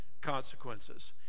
consequences